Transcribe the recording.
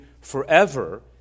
forever